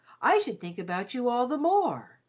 i should think about you all the more.